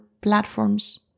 platforms